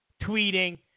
Tweeting